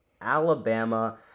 Alabama